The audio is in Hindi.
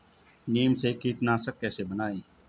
नीम से कीटनाशक कैसे बनाएं?